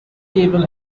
table